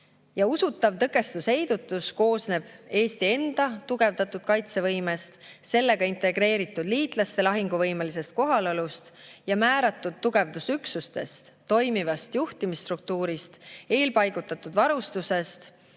Usutav tõkestusheidutus koosneb Eesti enda tugevdatud kaitsevõimest, sellega integreeritud liitlaste lahinguvõimelisest kohalolust ja määratud tugevdusüksustest, toimivast juhtimisstruktuurist, eelpaigutatud varustusest,